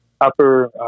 Upper